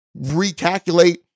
recalculate